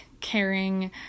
caring